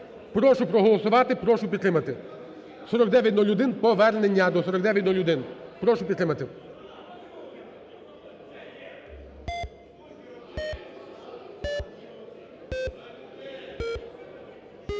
прошу проголосувати, прошу підтримати 4901, повернення до 4901. Прошу підтримати.